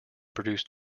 produce